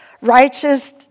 righteous